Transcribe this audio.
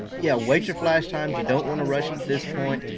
yeah wait your flash times. you don't want to rush to this point.